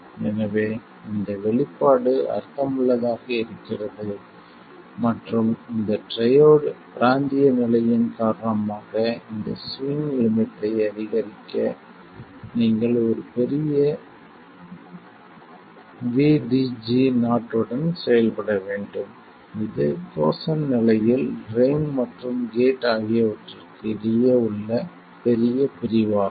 எனவே இந்த வெளிப்பாடு அர்த்தமுள்ளதாக இருக்கிறது மற்றும் இந்த ட்ரையோட் பிராந்திய நிலையின் காரணமாக இந்த ஸ்விங் லிமிட்டை அதிகரிக்க நீங்கள் ஒரு பெரிய VDG0 உடன் செயல்பட வேண்டும் இது கோசேன்ட் நிலையில் ட்ரைன் மற்றும் கேட் ஆகியவற்றிற்கு இடையே உள்ள பெரிய பிரிவாகும்